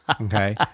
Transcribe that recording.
okay